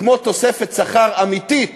כמו תוספת שכר אמיתית